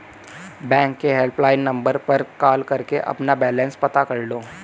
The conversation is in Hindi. बैंक के हेल्पलाइन नंबर पर कॉल करके अपना बैलेंस पता कर लो